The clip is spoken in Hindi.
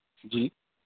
जी